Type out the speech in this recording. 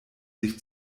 sich